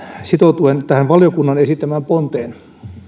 sitoutuen tähän valiokunnan esittämään ponteen